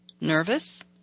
nervous